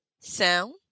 Sound